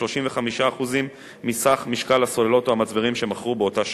ל-35% מסך משקל הסוללות או המצברים שמכרו באותה שנה,